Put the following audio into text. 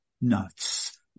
nuts